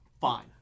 Fine